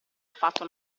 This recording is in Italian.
fatto